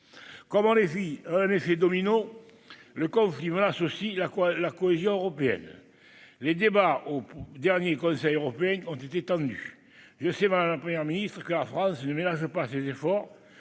Comme un effet domino, le conflit menace aussi la cohésion européenne. Les débats lors du dernier Conseil européen ont été tendus. Je sais, madame la Première ministre, que la France ne ménage pas ses efforts